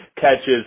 catches